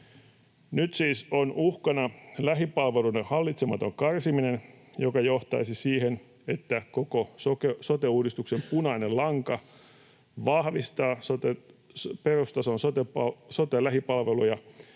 Nyt siis on uhkana lähipalveluiden hallitsematon karsiminen, joka johtaisi siihen, että koko sote-uudistuksen punainen lanka, vahvistaa perustason sote-lähipalveluja